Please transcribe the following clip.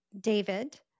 David